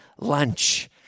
lunch